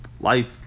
life